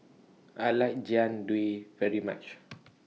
I like Jian Dui very much